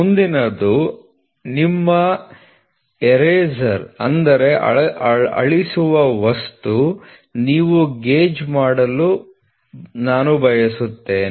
ಮುಂದಿನದು ನಿಮ್ಮ ಎರೇಸರ್ಗಾಗಿ ಅಳಿಸುವ ವಸ್ತು ನೀವು ಗೇಜ್ ಮಾಡಲು ನಾನು ಬಯಸುತ್ತೇನೆ